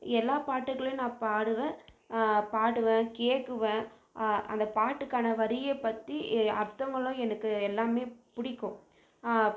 எல்லா பாட்டுக்களையும் நான் பாடுவேன் பாடுவேன் கேக்குவேன் அந்த பாட்டுக்கான வரியைப் பற்றி அர்த்தங்களும் எனக்கு எல்லாமே பிடிக்கும்